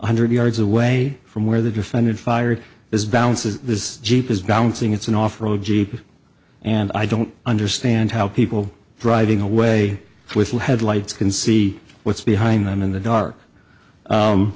hundred yards away from where the defendant fired his balances this jeep is bouncing it's an off road jeep and i don't understand how people driving away with headlights can see what's behind them in the dark